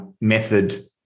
method